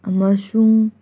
ꯑꯃꯁꯨꯡ